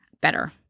better